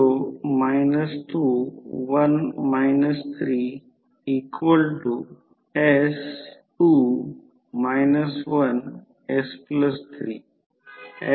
तर म्हणूनच I0 हे ∅ बरोबर फेजमध्ये नाही परंतु हा अँगल I ∅0 प्रत्यक्षात हा बराच मोठा आहे म्हणजे टोटल कोर लॉस आहे